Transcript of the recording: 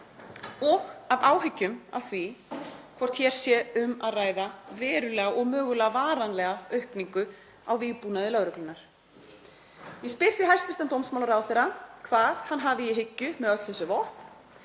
og af áhyggjum af því hvort hér sé um að ræða verulega og mögulega varanlega aukningu á vígbúnaði lögreglunnar. Ég spyr því hæstv. dómsmálaráðherra hvað hann hafi í hyggju með öll þessi vopn,